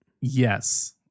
Yes